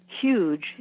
huge